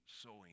sowing